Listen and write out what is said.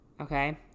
okay